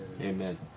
Amen